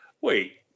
Wait